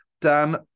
Dan